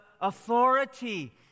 authority